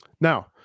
Now